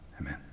Amen